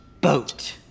boat